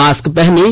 mask पहनें